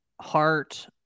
heart